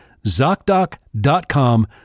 ZocDoc.com